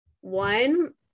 one